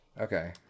Okay